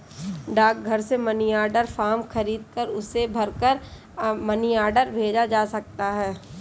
डाकघर से money order form खरीदकर उसे भरकर मनी ऑर्डर भेजा जा सकता है